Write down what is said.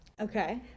Okay